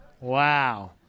Wow